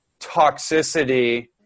toxicity